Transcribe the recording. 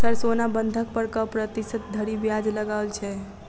Sir सोना बंधक पर कऽ प्रतिशत धरि ब्याज लगाओल छैय?